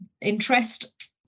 interest